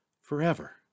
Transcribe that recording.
forever